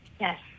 Yes